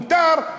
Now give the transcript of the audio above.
מותר,